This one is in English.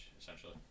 essentially